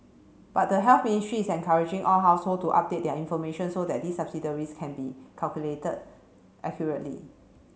but the Health Ministry is encouraging all household to update their information so that these subsidiaries can be calculated accurately